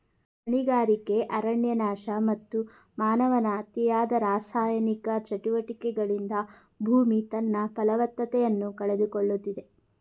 ಗಣಿಗಾರಿಕೆ, ಅರಣ್ಯನಾಶ, ಮತ್ತು ಮಾನವನ ಅತಿಯಾದ ರಾಸಾಯನಿಕ ಚಟುವಟಿಕೆಗಳಿಂದ ಭೂಮಿ ತನ್ನ ಫಲವತ್ತತೆಯನ್ನು ಕಳೆದುಕೊಳ್ಳುತ್ತಿದೆ